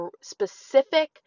specific